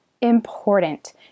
important